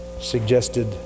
suggested